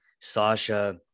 Sasha